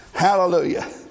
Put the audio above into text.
Hallelujah